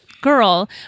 girl